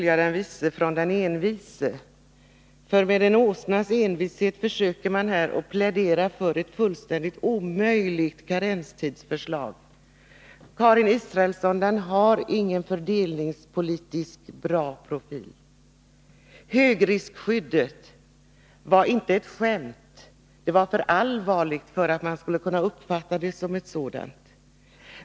Ja, med en åsnas envishet försöker man här plädera för ett fullständigt omöjligt karenstidsförslag. Karin Israelsson! Förslaget har ingen fördelningspolitiskt bra profil. Högriskskyddet var inte ett skämt. Det var för allvarligt för att man skulle kunna uppfatta det som ett sådant.